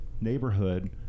neighborhood